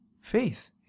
faith